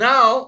Now